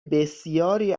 بسیاری